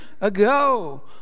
ago